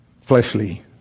fleshly